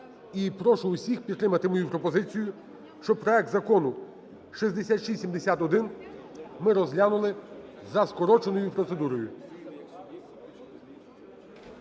і прошу усіх підтримати мою пропозицію, щоб проект Закону 6671 ми розглянули за скороченою процедурою.